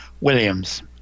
Williams